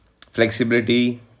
flexibility